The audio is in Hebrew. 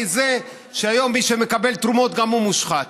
זה שהיום מי שמקבל תרומות גם הוא מושחת.